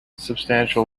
substantial